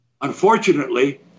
unfortunately